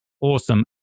Awesome